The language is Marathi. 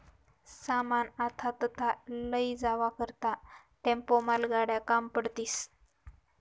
सामान आथा तथा लयी जावा करता ट्रक, टेम्पो, मालगाड्या काम पडतीस